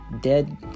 dead